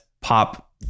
pop